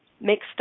mixed